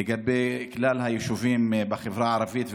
לגבי כלל היישובים בחברה הערבית,